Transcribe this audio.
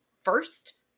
first